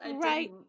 right